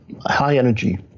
high-energy